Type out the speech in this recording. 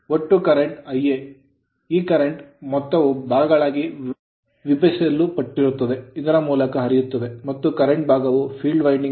ಒಟ್ಟು current Ia ಈ current ಮೊತ್ತವು ಭಾಗಗಳಾಗಿ ವಿಭಜಿಸಲ್ಪಡುತ್ತದೆ ಇದರ ಮೂಲಕ ಹರಿಯುತ್ತದೆ ಮತ್ತು ಕರೆಂಟ್ ಭಾಗವು field winding ಫೀಲ್ಡ್ ವೈಂಡಿಂಗ್ ಮೂಲಕ ಹರಿಯುತ್ತದೆ